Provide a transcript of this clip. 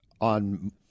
on –